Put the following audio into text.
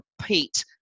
repeat